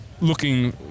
looking